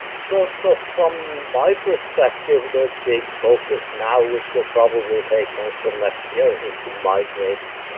so so from my perspective, the big focus now which will probably take most of next year is to migrate